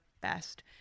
best